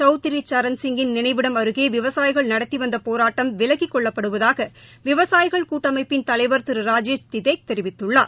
சௌத்திரி சரண்சிங்கின் நினைவிடம் அருகே விவசாயிகள் நடத்தி வந்த போராட்டம் விலக்கிக் கொள்ளப்படுவதாக விவசாயிகளின் கூட்டமைப்பு தலைவர் திரு ராஜேஷ் கிகேக் தெரிவித்துள்ளார்